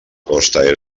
costa